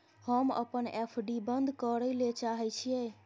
हम अपन एफ.डी बंद करय ले चाहय छियै